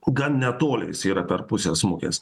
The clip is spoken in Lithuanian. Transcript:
gan netoli yra per pusę smukęs